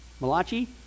Malachi